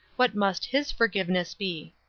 what must his forgiveness be?